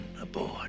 aboard